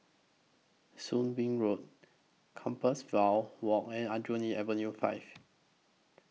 Soon Wing Road Compassvale Walk and Aljunied Avenue five